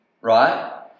right